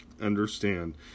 understand